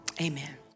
amen